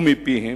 ומפיהם,